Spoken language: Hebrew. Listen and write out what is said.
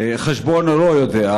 אך חשבון הוא לא יודע,